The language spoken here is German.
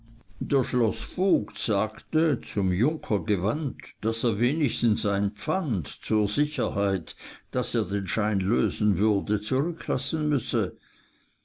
der schloßvogt sagte zum junker gewandt daß er wenigstens ein pfand zur sicherheit daß er den schein lösen würde zurücklassen müsse